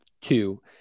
Two